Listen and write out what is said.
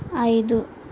ఐదు